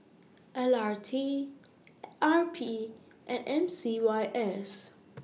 L R T R P and M C Y S